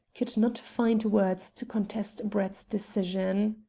could not find words to contest brett's decision.